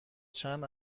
چند